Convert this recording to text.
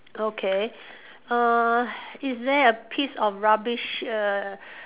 okay uh is there a piece of rubbish err